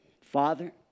Father